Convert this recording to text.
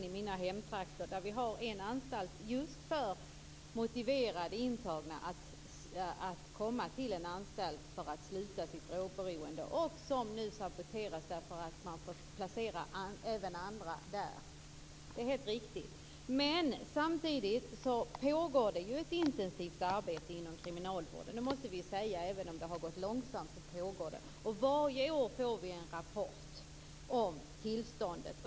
I mina hemtrakter finns en anstalt just för intagna som är särskilt motiverade att komma till en anstalt där de kan bli av med sitt drogberoende. Men nu har även andra fått placeras där. Men samtidigt pågår ett intensivt arbete inom kriminalvården. Även om arbetet går långsamt så pågår det ändå. Varje år får vi en rapport om tillståndet.